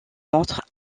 montre